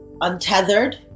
untethered